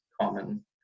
common